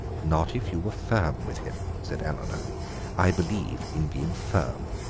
not if you were firm with him, said eleanor i believe in being firm.